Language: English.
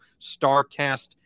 Starcast